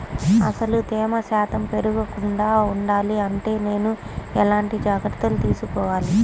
అసలు తేమ శాతం పెరగకుండా వుండాలి అంటే నేను ఎలాంటి జాగ్రత్తలు తీసుకోవాలి?